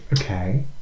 okay